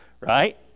Right